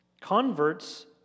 Converts